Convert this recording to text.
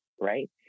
right